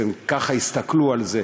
כך הסתכלו על זה,